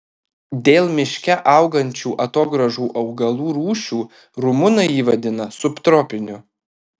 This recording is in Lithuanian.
dėl miške augančių atogrąžų augalų rūšių rumunai jį vadina subtropiniu